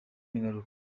n’ingaruka